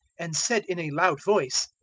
and said in a loud voice,